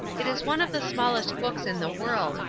it is one of the smallest books in the world,